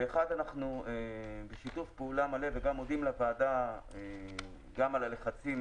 אנחנו בשיתוף פעולה מלא וגם מודים לוועדה גם על הלחצים